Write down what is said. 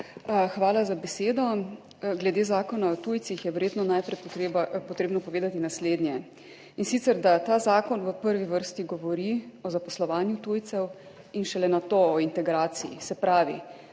Hvala za besedo. Glede Zakona o tujcih je verjetno najprej potrebno povedati naslednje, in sicer, da ta zakon v prvi vrsti govori o zaposlovanju tujcev in šele nato o integraciji. Se pravi,